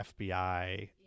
FBI